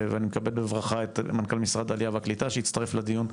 אני מקבל בברכה את מנכ"ל משרד העלייה והקליטה שהצטרף לדיון.